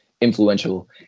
influential